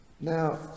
Now